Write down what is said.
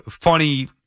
funny